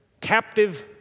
captive